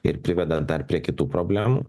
ir priveda dar prie kitų problemų